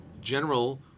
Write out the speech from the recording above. general